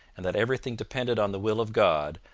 and that everything depended on the will of god,